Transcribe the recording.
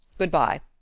good-by,